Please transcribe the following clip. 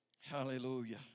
Hallelujah